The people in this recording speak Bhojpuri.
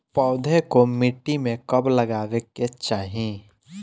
पौधे को मिट्टी में कब लगावे के चाही?